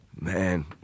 Man